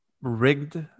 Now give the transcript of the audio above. rigged